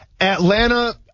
Atlanta